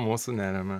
mūsų neremia